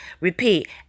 Repeat